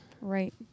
Right